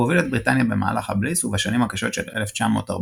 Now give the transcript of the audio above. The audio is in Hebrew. הוא הוביל את בריטניה במהלך הבליץ ובשנים הקשות של 1940–1941,